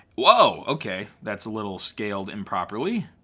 whoa. okay. that's a little scaled improperly.